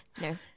No